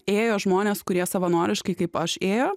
ėjo žmonės kurie savanoriškai kaip aš ėjo